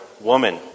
Woman